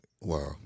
Wow